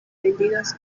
vendidos